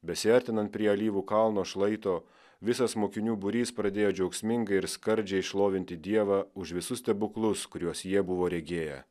besiartinant prie alyvų kalno šlaito visas mokinių būrys pradėjo džiaugsmingai ir skardžiai šlovinti dievą už visus stebuklus kuriuos jie buvo regėję